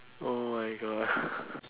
oh my god